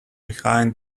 behind